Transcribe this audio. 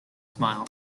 smile